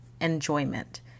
enjoyment